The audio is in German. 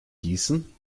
gießen